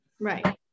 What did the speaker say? Right